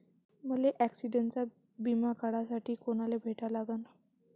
मले ॲक्सिडंटचा बिमा काढासाठी कुनाले भेटा लागन?